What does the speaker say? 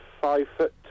five-foot